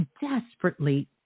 desperately